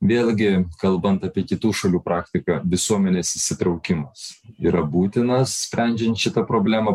vėlgi kalbant apie kitų šalių praktiką visuomenės įsitraukimas yra būtinas sprendžiant šitą problemą